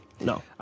No